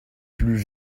plus